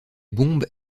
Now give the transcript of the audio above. bombes